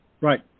Right